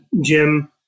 Jim